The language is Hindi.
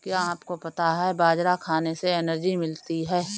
क्या आपको पता है बाजरा खाने से एनर्जी मिलती है?